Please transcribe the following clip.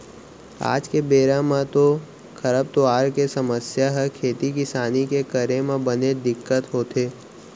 आज के बेरा म तो खरपतवार के समस्या ह खेती किसानी के करे म बनेच दिक्कत होथे